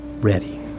ready